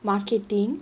marketing